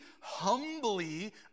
humbly